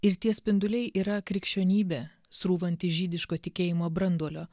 ir tie spinduliai yra krikščionybė srūvanti iš žydiško tikėjimo branduolio